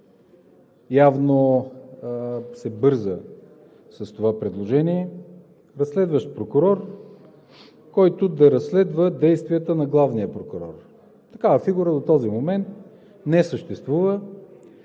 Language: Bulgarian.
явно се бърза с това предложение, разследващ прокурор, който да разследва действията на главния прокурор. Такава фигура до този момент не съществува.